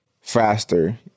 faster